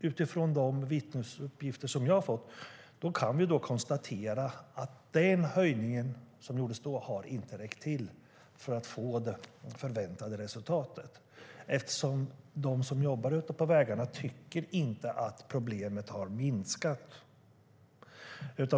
utifrån de vittnesuppgifter som jag har fått konstatera att den höjningen inte har räckt till för att få det förväntade resultatet. De som jobbar ute på vägarna tycker inte att problemet har minskat.